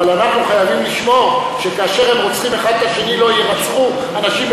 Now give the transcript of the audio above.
אבל אנחנו חייבים לשמור שכאשר הם רוצחים האחד את השני לא יירצחו אנשים,